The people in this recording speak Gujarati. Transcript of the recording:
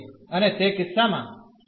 અને તે કિસ્સા માં આપણી પાસે માત્ર આ y છે